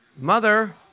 Mother